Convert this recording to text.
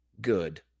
good